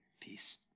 peace